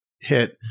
hit